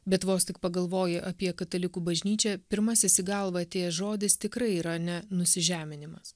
bet vos tik pagalvoji apie katalikų bažnyčią pirmasis į galvą atėjęs žodis tikrai yra ne nusižeminimas